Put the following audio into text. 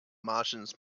martians